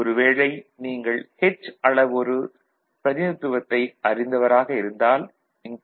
ஒரு வேளை நீங்கள் h அளவுரு பிரதிநிதித்துவத்தை அறிந்தவராக இருந்தால் இந்த தடையத்தை hie என்று எடுத்துக் கொள்ளுங்கள்